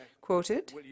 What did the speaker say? quoted